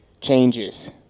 changes